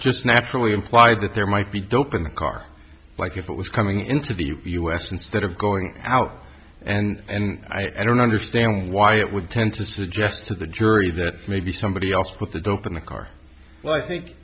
just naturally imply that there might be dope in the car like if it was coming into the u s instead of going out and i don't understand why it would tend to suggest to the jury that maybe somebody else with the dope in the car well i think